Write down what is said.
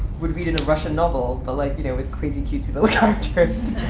would read in a russian novel, but, like, you know, with crazy, cutesy little